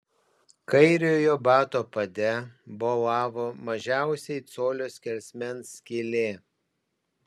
kairiojo bato pade bolavo mažiausiai colio skersmens skylė